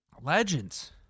Legends